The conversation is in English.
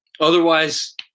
Otherwise